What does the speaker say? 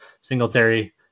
Singletary